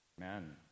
amen